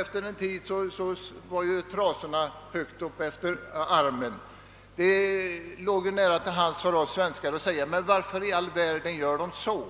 Efter en tid hade ärmarna naturligtvis trasat sig. Det låg nära till hands för oss svenskar att säga: »Varför i all världen gör de så?»